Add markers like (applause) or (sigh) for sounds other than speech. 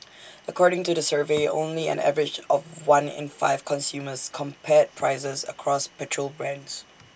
(noise) according to the survey only an average of one in five consumers compared prices across petrol brands